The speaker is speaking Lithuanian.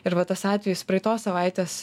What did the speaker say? ir va tas atvejis praeitos savaitės